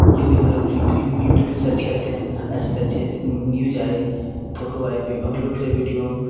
जो भी हम लोग यूट्यूब पर सर्च करते हैं अच्छे से अच्छे न्यूज आए फोटो आए अपलोड पर वीडियो